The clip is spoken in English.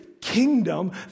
kingdom